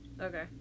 okay